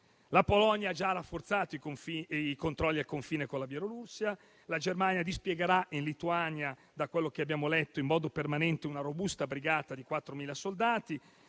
La Polonia ha già rafforzato i controlli al confine con la Bielorussia. La Germania dispiegherà in Lituania, da quello che abbiamo letto, in modo permanente, una robusta brigata di 4.000 soldati.